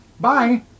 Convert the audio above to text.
Bye